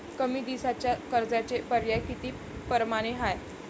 कमी दिसाच्या कर्जाचे पर्याय किती परमाने हाय?